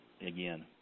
again